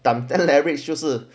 time ten leverage 就是